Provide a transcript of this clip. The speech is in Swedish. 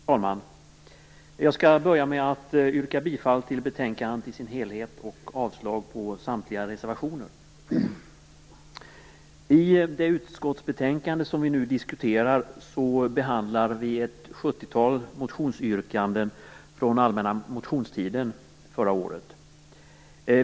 Herr talman! Jag vill börja med att yrka bifall till utskottets hemställan i dess helhet och avslag på samtliga reservationer. I det utskottsbetänkande som vi nu diskuterar behandlas ett sjuttiotal motionsyrkanden från den allmänna motionstiden förra året.